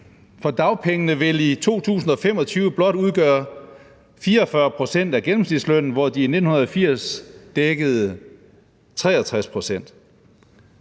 for dagpengene vil i 2025 blot udgøre 44 pct. af gennemsnitslønnen, hvor de i 1980 dækkede 63 pct.